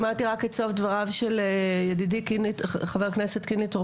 שמעתי רק את סוף דבריו של ידידי חבר הכנסת קינלי טור